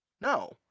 No